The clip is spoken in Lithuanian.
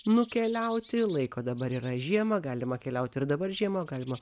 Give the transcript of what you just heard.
nukeliauti laiko dabar yra žiemą galima keliauti ir dabar žiemą o galima